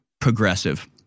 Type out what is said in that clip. progressive